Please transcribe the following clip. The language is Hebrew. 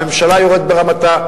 הממשלה יורדת ברמתה.